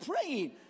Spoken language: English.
praying